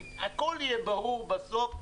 הכול יהיה ברור בסוף.